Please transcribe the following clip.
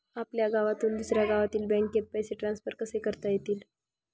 आपल्या गावातून दुसऱ्या गावातील बँकेत पैसे ट्रान्सफर कसे करता येतील?